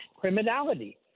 criminality